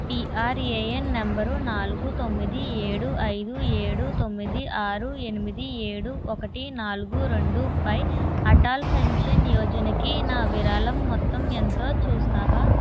PRAN number నాలుగు తొమ్మిది ఏడు ఐదు ఏడు తొమ్మిది ఆరు ఎనిమిది ఏడు ఒకటి నాలుగు రెండు పై అటల్ పెన్షన్ యోజనకి నా విరాళం మొత్తం ఎంతో చూస్తావా